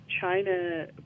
China